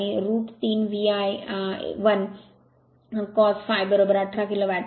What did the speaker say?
आणि root 3 V I 1 1 cos phi 18 kilo watt